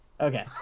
Okay